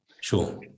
Sure